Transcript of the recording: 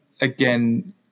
again